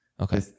Okay